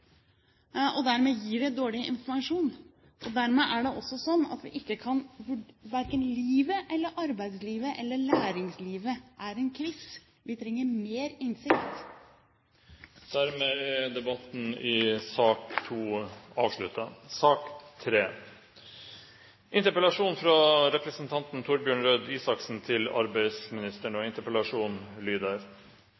og dermed gir det dårlig informasjon. Dermed er det også sånn at verken livet, arbeidslivet eller læringslivet er en quiz. Vi trenger mer innsikt. Dermed er debatten i sak